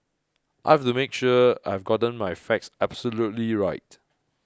I have to make sure I have gotten my facts absolutely right